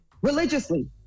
Religiously